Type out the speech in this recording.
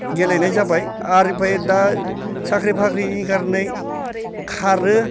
गेलेनाय जाबाय आरो ओमफ्राय दा साख्रि बाख्रिनि कारनै खारो